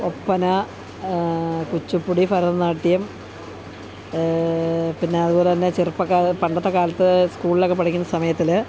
ഒപ്പന കുച്ചുപ്പുടി ഭരതനാട്യം പിന്നെ അതുപോലെ തന്നെ ചെറുപ്പക്കാർ പണ്ടത്തെ കാലത്ത് സ്കൂളിലൊക്കെ പഠിക്കുന്ന സമയത്തിൽ